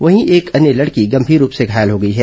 वहीं एक अन्य लड़की गंभीर रूप से घायल हो गई है